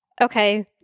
Okay